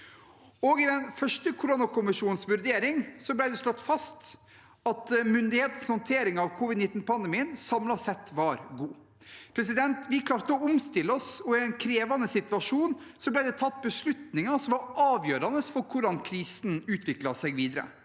I den første koronakommisjonens vurdering ble det slått fast at myndighetenes håndtering av covid-19-pandemien samlet sett var god. Vi klarte å omstille oss, og i en krevende situasjon ble det tatt beslutninger som var avgjørende for hvordan krisen utviklet seg videre.